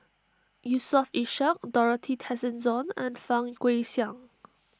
Yusof Ishak Dorothy Tessensohn and Fang Guixiang